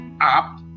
up